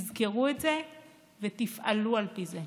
תזכרו את זה ותפעלו על פי זה.